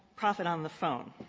profit on the phone,